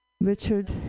Richard